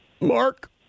mark